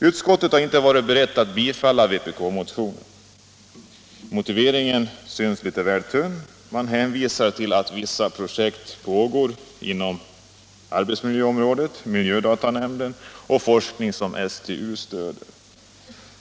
Utskottet har inte ansett sig kunna tillstyrka vpk-motionen, men motiveringen synes litet väl tunn. Utskottet hänvisar bara till att vissa arbeten pågår inom arbetsmiljöområdet, i miljödatanämnden och i forskning som STU stöder.